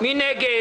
מי נגד?